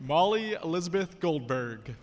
molly elizabeth goldberg